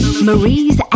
Marie's